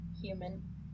human